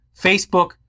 Facebook